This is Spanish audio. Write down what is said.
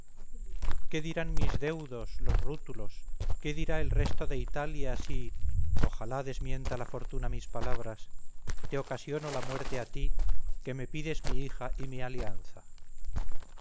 qué dirán mis deudos los rútulos qué dirá el resto de italia si ojalá desmienta la fortuna mis palabras te ocasiono la muerte a ti que me pides mi hija y mi alianza